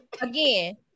Again